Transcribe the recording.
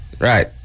Right